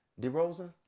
DeRozan